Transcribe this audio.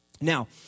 Now